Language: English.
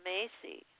Macy